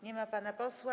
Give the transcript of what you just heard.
Nie ma pana posła.